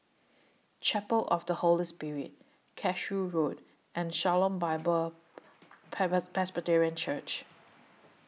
Chapel of The Holy Spirit Cashew Road and Shalom Bible Presbyterian Church